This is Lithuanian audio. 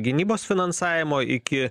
gynybos finansavimo iki